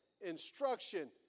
instruction